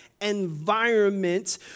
environment